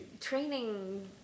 Training